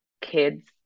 kids